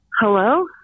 hello